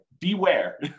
beware